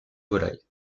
volailles